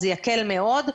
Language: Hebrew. זה יקל מאוד,